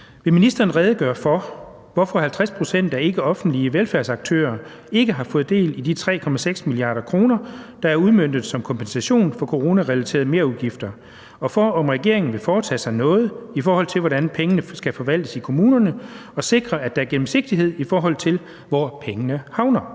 Vil ministeren redegøre for, hvorfor 50 pct. af ikkeoffentlige velfærdsaktører ikke har fået del i de 3,6 mia. kr., der er udmøntet som kompensation for coronarelaterede merudgifter, og for, om regeringen vil foretage sig noget, i forhold til hvordan pengene skal forvaltes i kommunerne, og sikre, at der er gennemsigtighed, i forhold til hvor pengene havner?